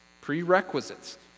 Prerequisites